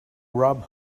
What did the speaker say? rob